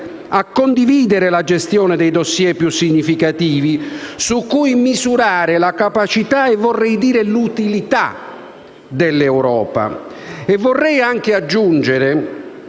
a condividere la gestione dei *dossier* più significativi su cui misurare la capacità e - vorrei dire - l'utilità dell'Europa. Vorrei anche aggiungere